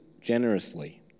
generously